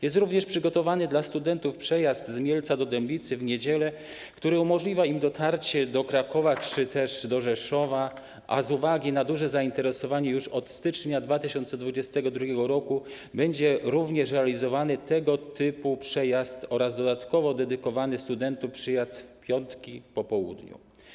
Jest również przygotowany dla studentów przejazd z Mielca do Dębicy w niedzielę, który umożliwia im dotarcie do Krakowa czy też do Rzeszowa, a z uwagi na duże zainteresowanie już od stycznia 2022 r. będzie również realizowany tego typu przejazd oraz dodatkowo dedykowany studentom przejazd w piątki po południu.